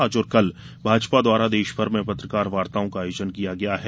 आज और कल भाजपा द्वारा देशभर में पत्रकार वार्ताओं का आयोजन किया गया है